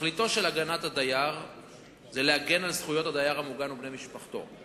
תכליתו של חוק הגנת הדייר היא להגן על זכויות הדייר המוגן ובני משפחתו,